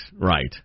right